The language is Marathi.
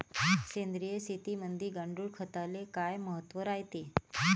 सेंद्रिय शेतीमंदी गांडूळखताले काय महत्त्व रायते?